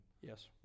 Yes